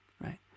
right